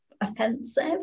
offensive